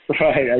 Right